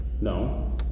No